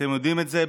ואתם יודעים את זה,